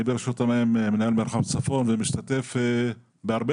אני ברשות המים מנהל מרחב צפון ומשתתף בהרבה